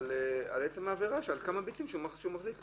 על עצם העבירה, על כמה ביצים שהוא מחזיק.